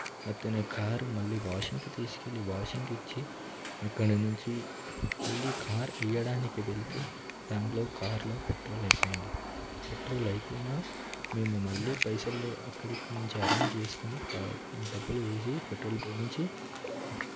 అతని కారు మళ్ళీ వాషింగ్కి తీసుకెళ్లి వాషింగ్కి ఇచ్చి అక్కడ నుంచి మళ్ళీ కార్ ఇవ్వడానికి వెళితే దాంట్లో కారులో పెట్రోల్ అయిపోయింది పెట్రోల్ అయిపోయిన మేము మళ్ళీ పైసలు అక్కడిక్కడ నుంచి అరేంజ్ చేసుకుని డబ్బులు వేసి పెట్రోల్ పోయించి